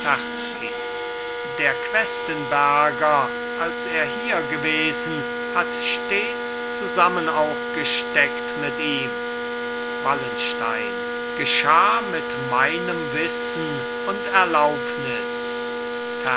der questenberger als er hier gewesen hat stets zusammen auch gesteckt mit ihm wallenstein geschah mit meinem wissen und erlaubnis